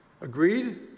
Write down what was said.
Agreed